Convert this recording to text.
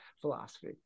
philosophy